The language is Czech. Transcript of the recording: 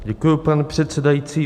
Děkuji, pane předsedající.